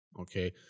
Okay